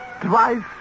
twice